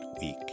week